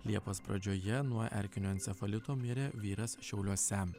liepos pradžioje nuo erkinio encefalito mirė vyras šiauliuose